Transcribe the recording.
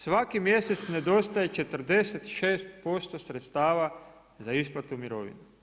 Svaki mjesec nedostaje 46% sredstava za isplatu mirovine.